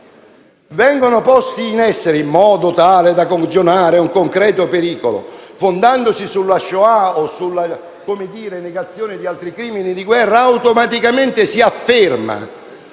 vengono posti in essere in modo tale da cagionare un concreto pericolo, fondandosi sulla Shoah o sulla negazione di altri crimini di guerra, automaticamente si afferma